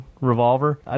revolver